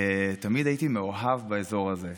תמיד הייתי מאוהב באזור הזה.